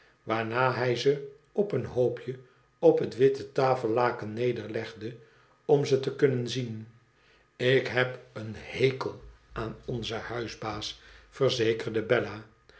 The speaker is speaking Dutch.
waarna hij ze op een hoopje op het witte tafellaken nederlegde om ze te kunnen zien ik heb een hekel aan onzen huisbaas verzekerde bella